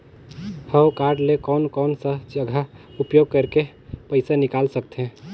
हव कारड ले कोन कोन सा जगह उपयोग करेके पइसा निकाल सकथे?